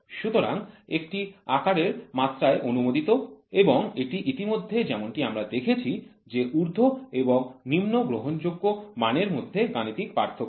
সুতরাং একটি আকারের মাত্রায় অনুমোদিত এবং এটি ইতিমধ্যে যেমনটি আমরা দেখেছি যে ঊর্ধ্ব এবং নিম্ন গ্রহণযোগ্য মান এর মধ্যে গাণিতিক পার্থক্য